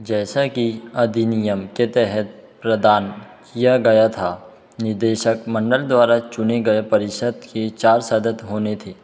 जैसा कि अधिनियम के तहत प्रदान किया गया था निदेशक मंडल द्वारा चुने गए परिषद के चार सदन होने थे